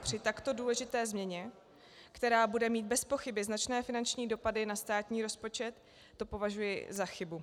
Při takto důležité změně, která bude mít bezpochyby značné finanční dopady na státní rozpočet, to považuji za chybu.